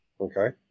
okay